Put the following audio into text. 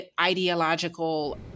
ideological